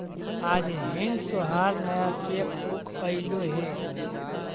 आज हिन् तोहार नया चेक बुक अयीलो हे